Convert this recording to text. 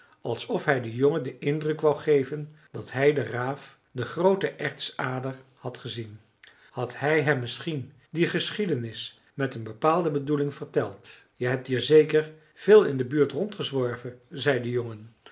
alsof hij den jongen den indruk wou geven dat hij de raaf de groote ertsader had gezien had hij hem misschien die geschiedenis met een bepaalde bedoeling verteld je hebt hier zeker veel in de buurt rondgezworven zei de jongen